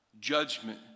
judgment